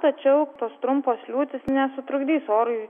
tačiau tos trumpos liūtys nesutrukdys orui